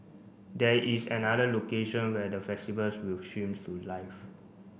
there is another location where the festivals will streams to live